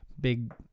big